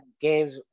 games